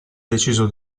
deciso